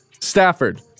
Stafford